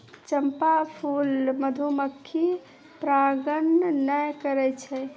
चंपा फूल मधुमक्खी परागण नै करै छै